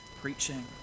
preaching